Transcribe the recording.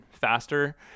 faster